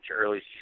early